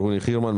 ברוני חירמן,